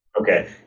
Okay